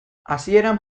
hasieran